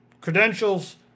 credentials